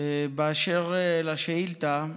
באשר לשאילתה,